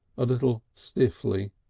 a little stiffly,